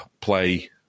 Play